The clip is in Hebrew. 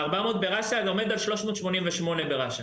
ה-400 ברש"א, זה עומד על 388 ברש"א.